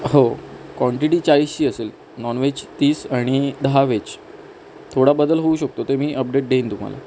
हो क्वांटिटी चाळीसची असेल नॉनवेज तीस आणि दहा वेज थोडा बदल होऊ शकतो ते मी अपडेट देईन तुम्हाला